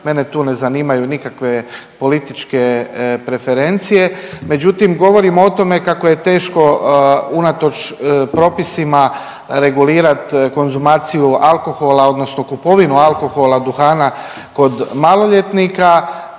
Mene tu ne zanimaju nikakve političke preferencije, međutim, govorimo o tome kako je teško unatoč propisima regulirati konzumaciju alkohola odnosno kupovinu alkohola, duhana kod maloljetnika,